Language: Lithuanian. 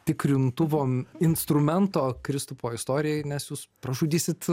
tikrintuvam instrumento kristupo istorijai nes jūs pražudysit